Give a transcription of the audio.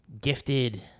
gifted